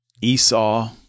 Esau